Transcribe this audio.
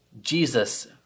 Jesus